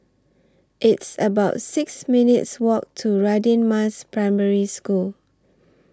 It's about six minutes' Walk to Radin Mas Primary School